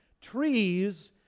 Trees